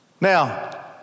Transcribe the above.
Now